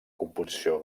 composició